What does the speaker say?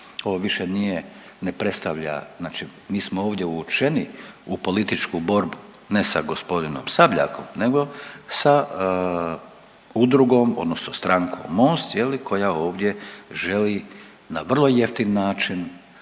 Ovo više nije ne predstavlja znači mi smo ovdje uvučeni u političku borbu, ne sa g. Sabljakom nego sa udrugom odnosno strankom Most koja ovdje želi na vrlo jeftin način